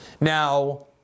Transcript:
Now